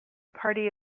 party